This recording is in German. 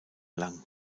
lang